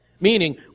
Meaning